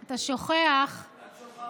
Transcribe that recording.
אתה שוכח, את שוכחת, עם רע"מ.